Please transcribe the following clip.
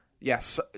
Yes